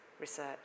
research